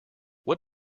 what